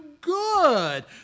good